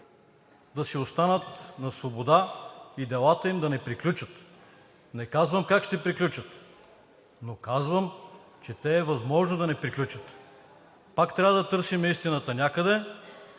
да си останат на свобода и делата им да не приключат!? Не казвам как ще приключат, но казвам, че те е възможно да не приключат. Пак трябва да търсим истината някъде,